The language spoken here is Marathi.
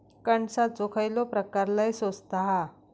कणसाचो खयलो प्रकार लय स्वस्त हा?